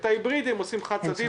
את ההיברידי הם עושים חד-צדדי,